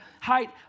Height